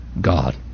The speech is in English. God